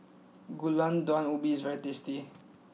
Gulai Daun Ubi is very tasty